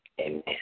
Amen